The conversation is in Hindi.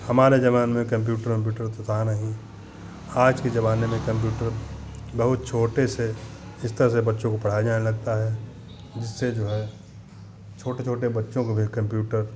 हमारे ज़माने में कम्प्यूटर वम्प्यूटर तो था नहीं आज के ज़माने में कम्प्यूटर बहुत छोटे से स्तर से बच्चों को पढ़ाया जाने लगता है जिससे जो है छोटे छोटे बच्चों को भी कम्प्यूटर